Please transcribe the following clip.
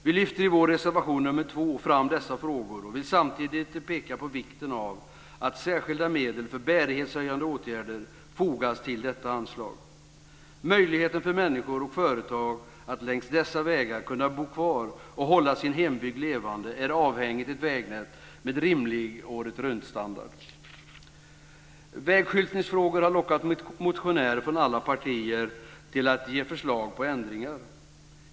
Vi lyfter i vår reservation nr 2 fram dessa frågor, och vill samtidigt peka på vikten av att särskilda medel för bärighetshöjande åtgärder fogas till detta anslag. Möjligheten för människor och företag att längs dessa vägar kunna bo kvar och hålla sin hembygd levande är avhängigt ett vägnät med rimlig åretruntstandard. Vägskyltningsfrågor har lockat motionärer från alla partier att ge förslag till ändringar.